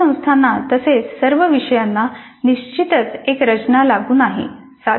सर्व संस्थांना तसेच सर्व विषयांना निश्चितच एक रचना लागू नाही